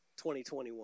2021